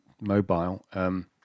mobile